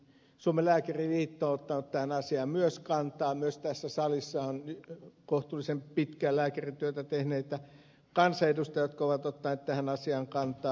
myös suomen lääkäriliitto on ottanut tähän asiaan kantaa myös tässä salissa on kohtuullisen pitkään lääkärintyötä tehneitä kansanedustajia jotka ovat ottaneet tähän asiaan kantaa